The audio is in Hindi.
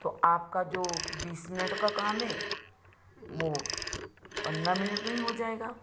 तो आपका जो बीस मिनट का काम है वह पंद्रह मिनट में ही हो जाएगा